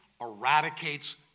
eradicates